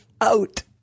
out